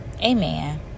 Amen